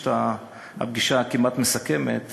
תהיה הפגישה הכמעט-מסכמת